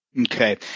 Okay